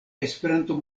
esperanto